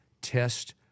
test